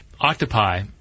Octopi